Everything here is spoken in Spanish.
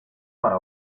para